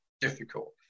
difficult